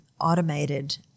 automated